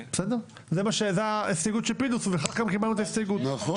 זאת הייתה ההסתייגות של פינדרוס וקיבלנו אותה.